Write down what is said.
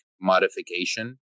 modification